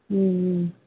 ம் ம்